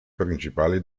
principali